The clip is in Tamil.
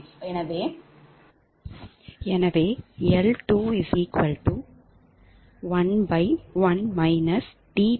எனவே L211 dPLossdPg21